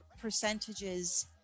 percentages